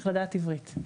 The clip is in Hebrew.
צריך לדעת עברית.